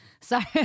Sorry